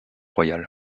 royal